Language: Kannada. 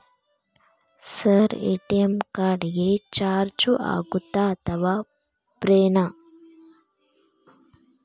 ಸರ್ ಎ.ಟಿ.ಎಂ ಕಾರ್ಡ್ ಗೆ ಚಾರ್ಜು ಆಗುತ್ತಾ ಅಥವಾ ಫ್ರೇ ನಾ?